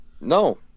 no